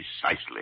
precisely